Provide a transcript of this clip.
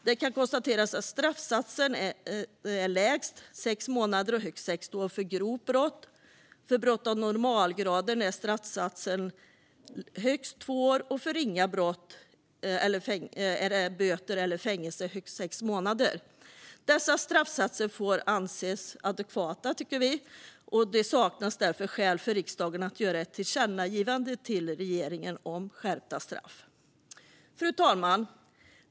Det kan konstateras att straffsatsen är lägst fängelse i sex månader och högst sex år för grovt brott. För brott av normalgraden är straffsatsen fängelse i högst två år, och för ringa brott är det böter eller fängelse i högst sex månader. Dessa straffsatser får anses adekvata, tycker vi. Det saknas därför skäl för riksdagen att göra ett tillkännagivande till regeringen om skärpta straff. Fru talman!